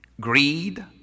Greed